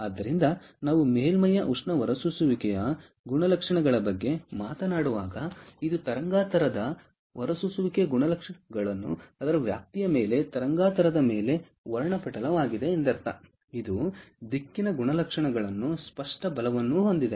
ಆದ್ದರಿಂದ ನಾವು ಮೇಲ್ಮೈಯ ಉಷ್ಣ ಹೊರಸೂಸುವಿಕೆಯ ಗುಣಲಕ್ಷಣಗಳ ಬಗ್ಗೆ ಮಾತನಾಡುವಾಗ ಇದು ತರಂಗಾಂತರದ ವ್ಯಾಪ್ತಿಯ ಮೇಲೆ ತರಂಗಾಂತರದ ಮೇಲೆ ವರ್ಣಪಟಲವಾಗಿದೆ ಎಂದರ್ಥ ಇದು ದಿಕ್ಕಿನ ಗುಣಲಕ್ಷಣಗಳನ್ನು ಸ್ಪಷ್ಟ ಬಲವನ್ನು ಹೊಂದಿದೆ